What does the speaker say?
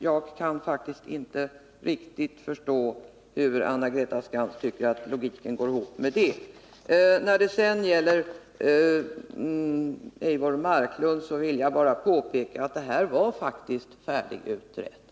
Jag kan faktiskt inte riktigt förstå hur det går ihop med logiken. För Eivor Marklund vill jag bara påpeka att den här frågan faktiskt var färdigutredd.